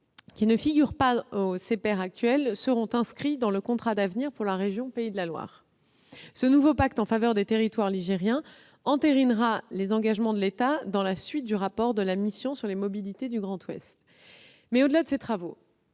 qui ne figurent pas dans le CPER actuel, seront inscrits dans le contrat d'avenir pour la région Pays de la Loire. Ce nouveau pacte en faveur des territoires ligériens entérinera les engagements de l'État à la suite du rapport de la mission sur les mobilités du Grand Ouest. Au-delà de ces travaux,